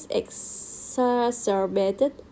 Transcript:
exacerbated